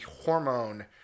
hormone